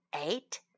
eight